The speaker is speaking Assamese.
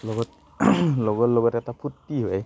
লগত লগৰ লগত এটা ফূৰ্তি হয়